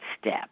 step